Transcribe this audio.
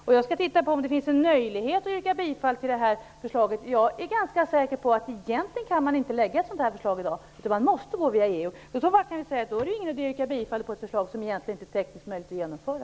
Jag skall titta på om det finns en möjlighet att yrka bifall till det här förslaget. Jag är ganska säker på att man egentligen inte kan väcka ett sådant förslag i dag, utan man måste gå via EU. I så fall är det ingen idé att yrka bifall till ett förslag som egentligen inte är tekniskt möjligt att genomföra.